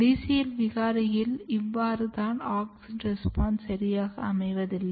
DCL விகாரியிலும் இவ்வாறு தான் ஆக்ஸின் ரெஸ்பான்ஸ் சரியாக அமைவதில்லை